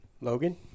Logan